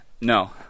No